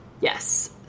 Yes